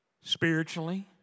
spiritually